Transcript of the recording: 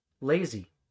lazy